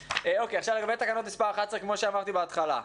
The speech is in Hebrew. לגבי תקנות מספר 11, כמו שאמרתי בהתחלה.